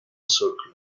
socle